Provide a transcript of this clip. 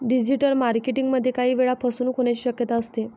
digital marketing मध्ये काही वेळा फसवणूक होण्याची शक्यता असते